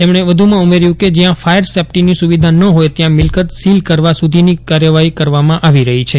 તેમણે વધુમાં ઉમેર્યું કે જ્યાં ફાયર સેફ્ટીની સુવિધા ન હોય ત્યાં મિલકત સીલ કરવા સુધીની કારવાહી કરવામાં આવી રહી છે